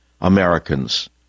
Americans